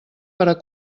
per